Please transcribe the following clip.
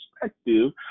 perspective